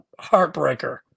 heartbreaker